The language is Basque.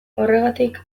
horregatik